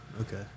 Okay